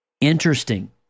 Interesting